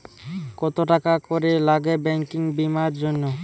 কত টাকা করে লাগে ব্যাঙ্কিং বিমার জন্য?